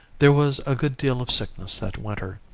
there was a good deal of sickness that winter.